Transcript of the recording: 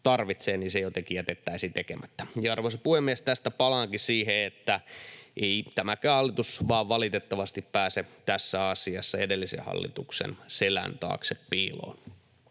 tarvitsee, jotenkin jätettäisiin tekemättä. Arvoisa puhemies! Tästä palaankin siihen, että ei tämäkään hallitus valitettavasti pääse tässä asiassa edellisen hallituksen selän taakse piiloon,